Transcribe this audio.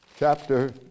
Chapter